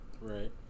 Right